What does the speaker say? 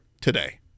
today